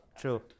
True